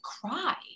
cry